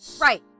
Right